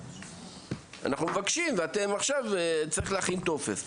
אנחנו מבקשים ואתם אומרים שצריך להכין טופס.